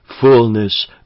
fullness